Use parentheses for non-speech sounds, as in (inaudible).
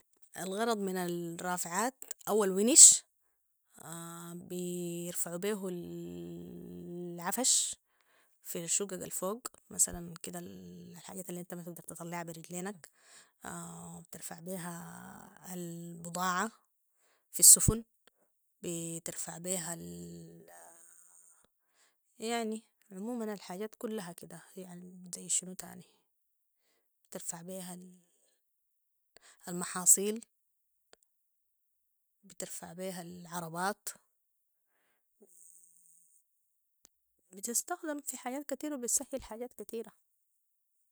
الغرض من الرافعات او الوينيش (hesitation) بيرفعو بيهو (hesitation) العفش في الشقق الفوق مثلا كده الحاجات اللي انت ما بتقدر تطلعا بي رجلينك (hesitation) بترفع بيها (hesitation) البضاعة في السفن بترفع بيها- يعني عموما الحاجات دي كلها كده يعني ذي شنو تاني بترفع بيها (hesitation) المحاصيل بترفع بيها العربات (hesitation) بتستخدم في حاجات كثيرة وبتسهل حاجات كثيرة